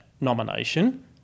nomination